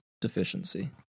deficiency